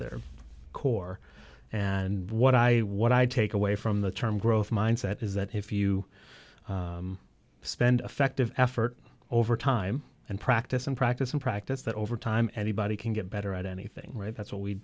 core and what i what i take away from the term growth mindset is that if you spend affective effort over time and practice and practice and practice that over time anybody can get better at anything right that's what we